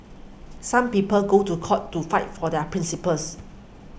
some people go to court to fight for their principles